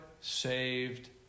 saved